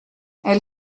elle